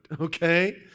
Okay